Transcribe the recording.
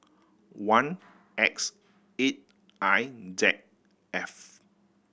one X eight I Z F